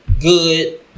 good